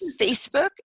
Facebook